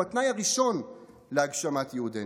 הוא התנאי הראשון להגשמת ייעודנו.